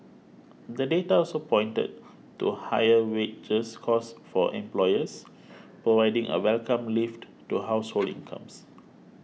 the data also pointed to higher wages costs for employers providing a welcome lift to household incomes